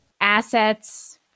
assets